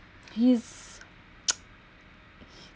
his